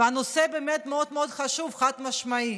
והנושא מאוד חשוב, חד-משמעית.